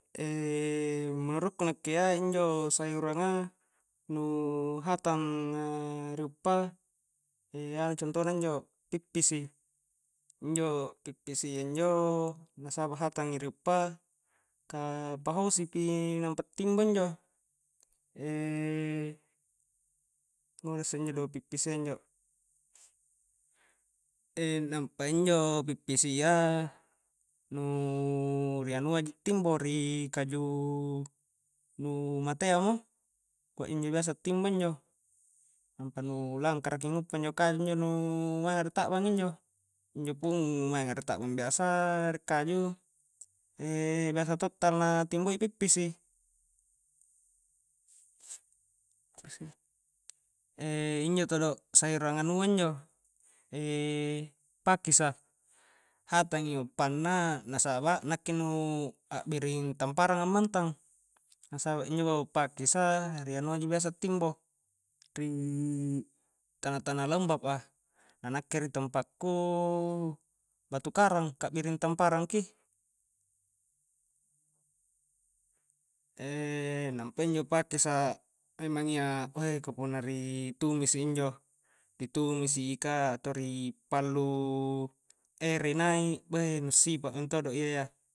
menuru'ku nakke iya injo sayurangnga nu hatanga ri uppa anu conto na injo pippisi, injo pippisia injo na saba hatang i ri uppa ka pa hosi pi nampa timbo injo, ngura isse injo pippisia injo, nampa injo pippisia nu ri anua ji timbo nu anu ri kaju nu matea mo kua' injo biasa a'timbo injo, nampa nu langkara ki a'nguppa kaju nu mainga ri ta'bang injo, injo pun nu maenga ri ta'bang biasaa rie kaju biasa to tala na timboi pippisi injo todo sayuran anua injo pakis a hatangi uppanna na saba nakke nu a'biring tamparanga mantang, na saba injo pakis a ri anua ji biasa timbo, ri tana-tana lembab a, na nakke ri tempa'ku batu karang ka a'biring tamparang ki nampa injo pakis a memang iya weih ka punna ri tumisi injo ri tumisi i ka atau ri pallu erei nai' beih nu'sipa mentodo iyayya